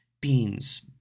Beans